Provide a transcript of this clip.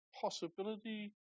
possibility